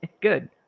Good